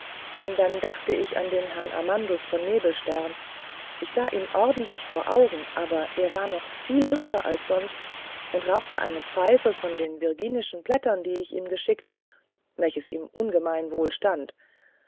dann dachte ich an den herrn amandus von nebelstern ich sah ihn ordentlich vor augen aber er war noch viel hübscher als sonst und rauchte eine pfeife von den virginischen blättern die ich ihm geschickt welches ihm ungemein wohl